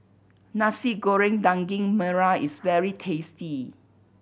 Nasi Goreng Daging Merah is very tasty